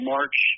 March